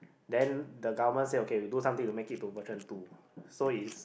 then the government say okay we do something to make it into version two so is